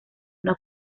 una